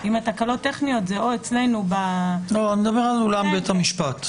אני מדבר על אולם בית המשפט.